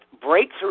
breakthrough